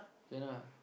can lah